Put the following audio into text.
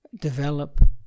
develop